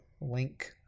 Link